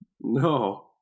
No